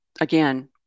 again